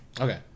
Okay